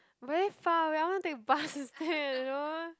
very far wait I want to take bus instead you know